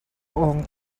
awng